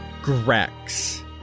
Grex